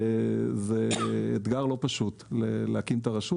זה אתגר לא פשוט להקים את הרשות.